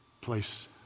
place